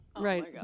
Right